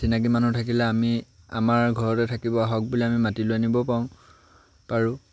চিনাকি মানুহ থাকিলে আমি আমাৰ ঘৰতে থাকিব আহক বুলি আমি মাতি লৈ আনিবও পাৰোঁ